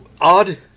odd